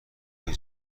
های